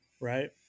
right